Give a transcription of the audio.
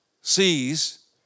sees